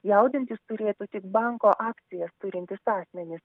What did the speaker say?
jaudintis turėtų tik banko akcijas turintys asmenys